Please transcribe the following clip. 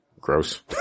gross